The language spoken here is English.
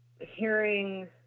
hearing